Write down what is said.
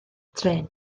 trên